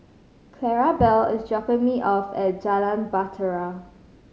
Clarabelle is dropping me off at Jalan Bahtera